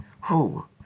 Who